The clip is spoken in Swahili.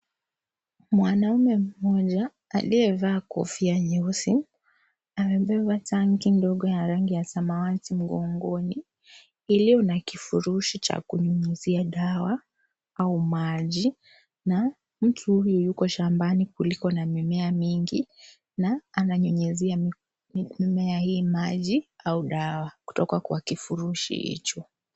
Mwanaume mmoja aliyevaa kofia nyeusi, amebeba tanki ndogo ya rangi ya samawati mgongoni, iliyo na kifurushi cha kunyunyuzia dawa au maji na mtu huyu yuko shambani kuliko na mimea mingi na ananyunyuzia mimea hii maji au dawa kutoka kwa kifurushi hicho.